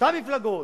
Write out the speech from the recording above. מאותן מפלגות.